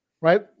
right